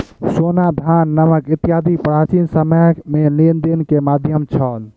सोना, धान, नमक इत्यादि प्राचीन समय में लेन देन के माध्यम छल